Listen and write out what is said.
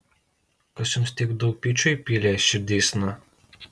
kas jums tiek daug pykčio įpylė širdysna